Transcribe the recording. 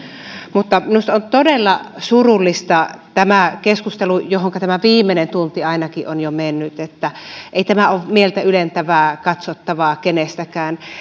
mutta minusta on todella surullista tämä keskustelu johonka tämä viimeinen tunti ainakin on jo mennyt ei tämä ole mieltä ylentävää katsottavaa kenestäkään